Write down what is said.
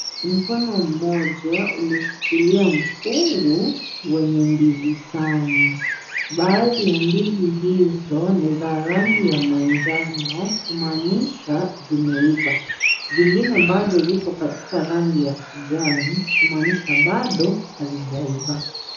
Mkono mmoja umeshikilia mkungu wenye ndizi tamu. Baadhi ya ndizi hizo ni za rangi ya manjano njano, kumaanisha zimeiva . Zingine bado zipo katika rangi ya kijani kumaanisha bado hazijaiva.